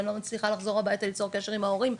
אני לא מצליחה לחזור הבייתה ליצור קשר עם ההורים,